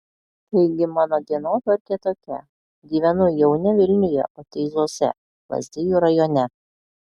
taigi mano dienotvarkė tokia gyvenu jau ne vilniuje o teizuose lazdijų rajone